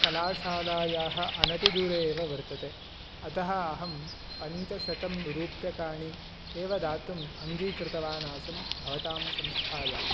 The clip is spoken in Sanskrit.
कलाशालायाः अनतिदूरे एव वर्तते अतः अहं पञ्चशतं रूप्यकाणि एव दातुम् अङ्गीकृतवान् आसं भवतां संस्थायाम्